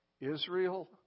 Israel